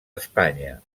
espanya